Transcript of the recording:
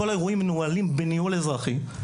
כל האירועים מנוהלים בניהול אזרחי.